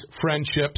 friendships